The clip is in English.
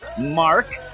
Mark